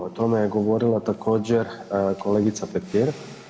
O tome je govorila također kolegica Petir.